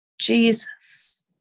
jesus